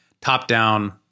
top-down